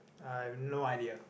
I've no idea